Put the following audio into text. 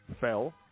fell